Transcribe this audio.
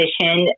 position